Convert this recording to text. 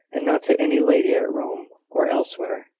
and not to any lady at rome or elsewhere.